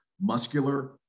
muscular